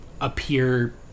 appear